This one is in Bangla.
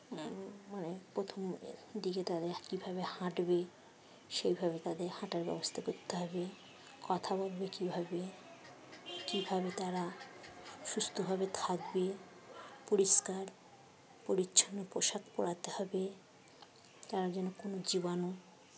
মানে প্রথম দিকে তাদের কীভাবে হাঁটবে সেইভাবে তাদের হাঁটার ব্যবস্থা করতে হবে কথা বলবে কীভাবে কীভাবে তারা সুস্থভাবে থাকবে পরিষ্কার পরিচ্ছন্ন পোশাক পড়াতে হবে তারা যেন কোনো জীবাণু